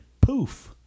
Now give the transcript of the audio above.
poof